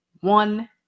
one